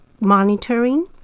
monitoring